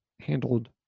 handled